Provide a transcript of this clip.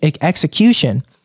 execution